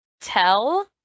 tell